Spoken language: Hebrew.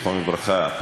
זיכרונו לברכה,